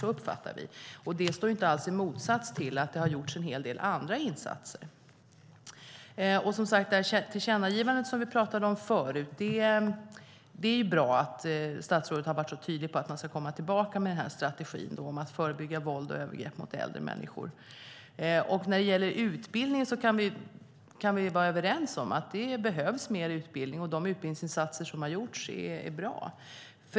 Så uppfattar vi det, och det står inte alls i motsats till att det har gjorts en hel del andra insatser. När det gäller det tillkännagivande som vi pratade om förut är det bra att statsrådet har varit så tydlig med att man ska komma tillbaka med den här strategin om att förebygga våld och övergrepp mot äldre människor. Vi kan vara överens om att det behövs mer utbildning, och de utbildningsinsatser som har gjorts är bra.